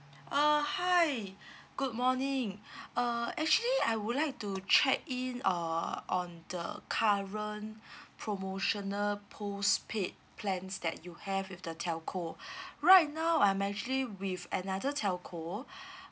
uh hi good morning uh actually I would like to check in uh on the current promotional postpaid plans that you have with the telco right now I'm actually with another telco